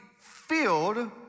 filled